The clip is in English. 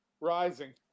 rising